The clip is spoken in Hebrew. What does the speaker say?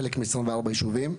חלק מ-24 ישובים.